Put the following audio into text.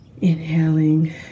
inhaling